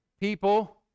People